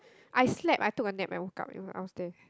I slept I took a nap and woke up it I was there